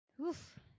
Oof